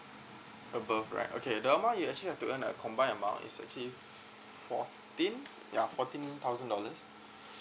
above right okay the amount you actually have to earn a combine amount is actually fourteen ya fourteen thousand dollars